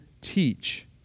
teach